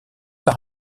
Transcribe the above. par